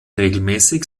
regelmäßig